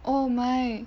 oh my